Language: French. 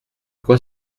quoi